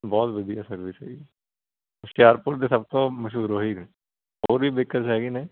ਬਹੁਤ ਵਧੀਆ ਸਰਵਿਸ ਆ ਜੀ ਹੁਸ਼ਿਆਰਪੁਰ ਦੇ ਸਭ ਤੋਂ ਮਸ਼ਹੂਰ ਉਹੀ ਨੇ ਹੋਰ ਵੀ ਬੇਕਰਸ ਹੈਗੇ ਨੇ